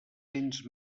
cents